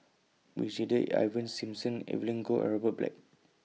Brigadier Ivan Simson Evelyn Goh and Robert Black